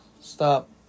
Stop